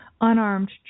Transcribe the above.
unarmed